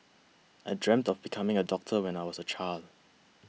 I dreamt of becoming a doctor when I was a child